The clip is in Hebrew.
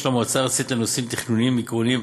המועצה הארצית לנושאים תכנוניים עקרוניים